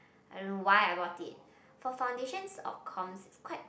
I don't know why I bought it for foundations of comms it's quite